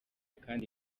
kandi